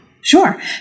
Sure